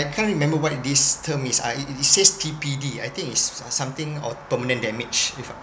can't remember what this term is uh it says T_P_D I think it's something or permanent damage if I'm